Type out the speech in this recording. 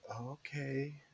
okay